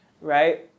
right